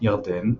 ירדן,